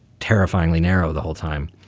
terrifyingly narrow the whole time.